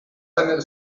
seine